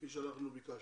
כפי שאנחנו ביקשנו.